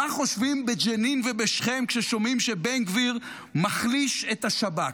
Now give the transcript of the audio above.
מה חושבים בג'נין ובשכם כששומעים שבן גביר מחליש את השב"כ?